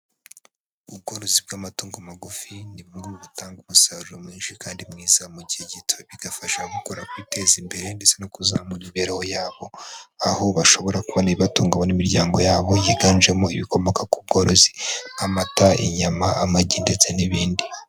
Ubworozi bw'amatungo magufi ni bumwe butanga umusaruro mwinshi kandi mwiza mu gihe gito, bigafasha ababukora kwiteza imbere ndetse no kuzamura imibereho yabo, aho bashobora kubona ibibatunga bo n'imiryango yabo higanjemo ibikomoka ku bworozi nk'amata, inyama, amagi ndetse n'ibindi.